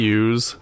use